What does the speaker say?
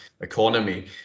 economy